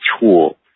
tool